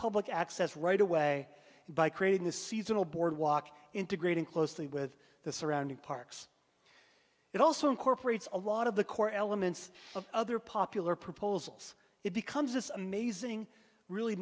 public access right away by creating the seasonal boardwalk integrating closely with the surrounding parks it also incorporates a lot of the core elements of other popular proposals it becomes this amazing really